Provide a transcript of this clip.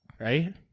Right